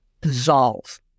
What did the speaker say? dissolve